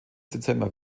dezember